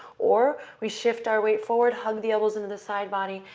or we shift our weight forward, hug the elbows into the side body,